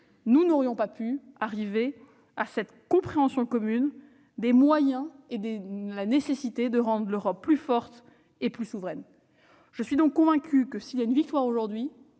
nous n'aurions pas pu arriver à cette compréhension commune des moyens et de la nécessité de rendre l'Europe plus forte et plus souveraine. Je suis donc convaincue que s'il y a une victoire aujourd'hui,